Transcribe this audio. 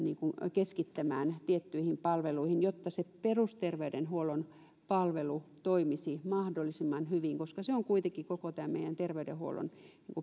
keskittämään resursseja tiettyihin palveluihin jotta se perusterveydenhuollon palvelu toimisi mahdollisimman hyvin se on kuitenkin koko tämän meidän terveydenhuoltomme